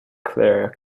clair